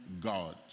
God